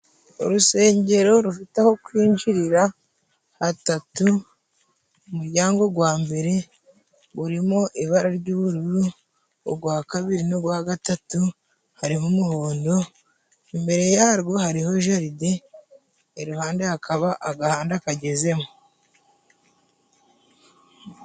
Urusengero rufite aho kwinjirira hatatu, umuryango wa mbere urimo ibara ry'ubururu, uwa kabiri n'uwa gatatu hariho umuhondo, imbere yarwo hariho jaride, iruhande hakaba agahanda kagezemo.